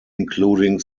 including